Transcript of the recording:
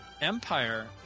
Empire